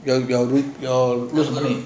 your your your